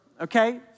okay